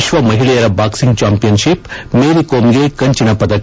ವಿಶ್ವ ಮಹಿಳೆಯರ boxing championship ಮೇರಿಕೋಮ್ಗೆ ಕಂಚಿನ ಪದಕ